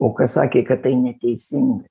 o kas sakė kad tai neteisingai